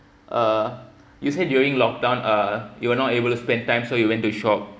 uh you said during lockdown uh you will not able to spend time so you went to shop